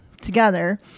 together